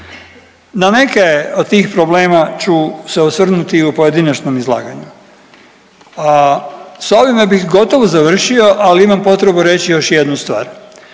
Na neke od tih problema ću se osvrnuti i u pojedinačnom izlaganju. A s ovime bih gotovo završio ali imam potrebu reći još jednu stvar.